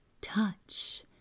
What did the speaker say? touch